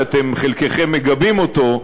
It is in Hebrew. שחלקכם מגבים אותו,